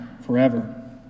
forever